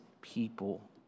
people